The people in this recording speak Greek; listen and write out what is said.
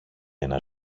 ένα